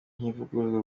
ntivuguruzwa